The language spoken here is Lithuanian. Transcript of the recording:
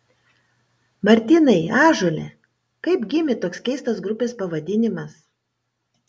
martynai ąžuole kaip gimė toks keistas grupės pavadinimas